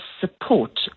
support